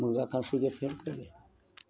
बौआ परसू जयथिन थोड़े